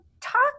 talk